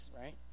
right